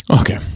Okay